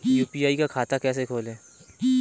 UPI का खाता कैसे खोलें?